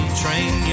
train